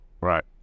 Right